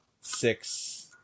six